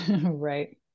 right